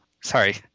sorry